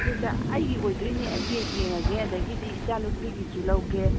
ꯅꯠꯇꯦ ꯅꯠꯇꯦ ꯑꯩꯒꯤ ꯑꯣꯏꯗꯣꯏꯅꯦ ꯑꯩꯒꯤ ꯌꯦꯡꯉꯒꯦ ꯑꯗꯒꯤꯗꯤ ꯏꯆꯥꯅꯨꯄꯤꯒꯤꯖꯨ ꯂꯧꯒꯦ